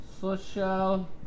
Social